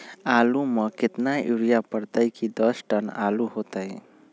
आलु म केतना यूरिया परतई की दस टन आलु होतई?